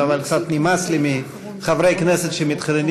אבל קצת נמאס לי מחברי כנסת שמתחננים